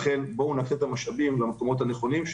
רק בואו נקצה את המשאבים למקומות הנכונים.